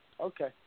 Okay